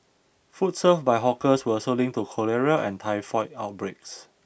food served by hawkers were also linked to cholera and typhoid outbreaks